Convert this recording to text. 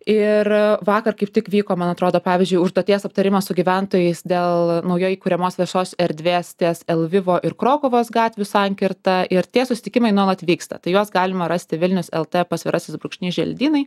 ir vakar kaip tik vyko man atrodo pavyzdžiui užduoties aptarimas su gyventojais dėl naujai kuriamos viešos erdvės ties el vivo ir krokuvos gatvių sankirta ir tie susitikimai nuolat vyksta tai juos galima rasti vilnius lt pasvirasis brūkšnys želdynai